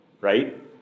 right